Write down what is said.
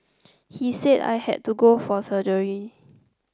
he said I had to go for surgery